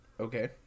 Okay